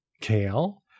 kale